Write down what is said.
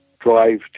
drive